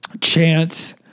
Chance